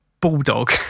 bulldog